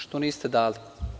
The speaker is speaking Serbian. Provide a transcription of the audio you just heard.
Što niste dali?